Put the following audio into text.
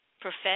Profess